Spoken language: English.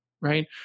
right